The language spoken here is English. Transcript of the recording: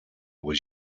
was